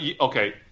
okay